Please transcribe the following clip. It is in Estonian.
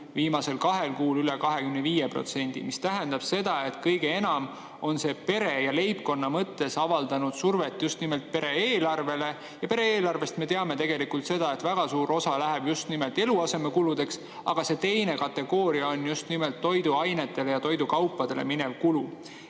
viimasel kahel kuul üle 25%, mis tähendab seda, et kõige enam on see pere ja leibkonna mõttes avaldanud survet just nimelt pere eelarvele. Ja pere eelarvest me teame seda, et väga suur osa läheb just nimelt eluasemekuludeks, aga teine kategooria on just nimelt toiduainetele ja toidukaupadele minev